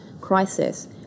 crisis